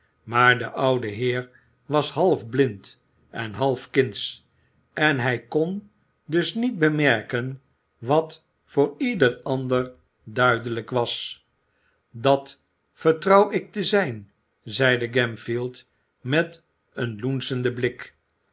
maar de oude heer was half blind en half kindsch en hij kon dus niet bemerken wat voor ieder ander duidelijk was dat vertrouw ik te zijn zeide gamfield met een loenschen blik